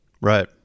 right